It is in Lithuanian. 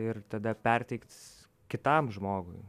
ir tada perteikt kitam žmogui